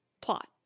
plot